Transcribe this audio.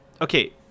Okay